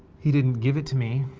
he didn't give it to me,